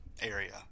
area